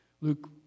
Luke